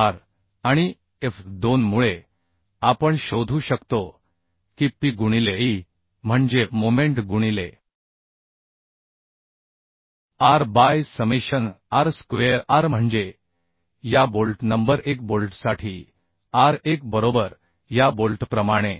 थेट भार आणि F 2 मुळे आपण शोधू शकतो की P गुणिले e म्हणजे मोमेंट गुणिले r by summation r square r म्हणजे या बोल्ट नंबर 1 बोल्टसाठी r1 बरोबर या बोल्टप्रमाणे